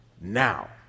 now